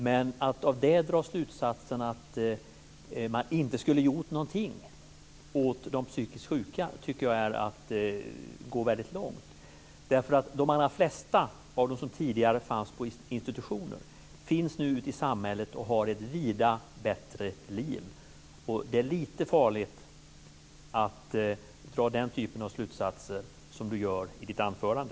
Men att av det dra slutsatsen att man inte skulle ha gjort någonting åt de psykiskt sjuka tycker jag är att gå väldigt långt. De allra flesta av dem som tidigare fanns på institutioner finns nu ute i samhället och har ett vida bättre liv. Det är lite farligt att dra den typen av slutsatser som Peter Pedersen gör i sitt anförande.